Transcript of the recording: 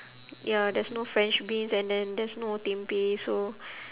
ya there's no french beans and then there's no tempeh so